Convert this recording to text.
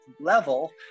level